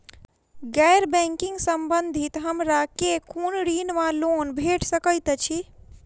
गैर बैंकिंग संबंधित हमरा केँ कुन ऋण वा लोन भेट सकैत अछि?